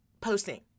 posting